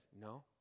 No